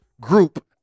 group